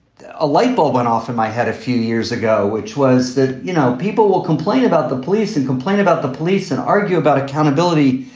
a light bulb went off in my head a few years ago, which was that, you know, people will complain about the police and complain about the police and argue about accountability.